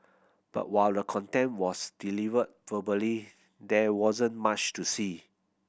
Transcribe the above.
but while the content was delivered verbally there wasn't much to see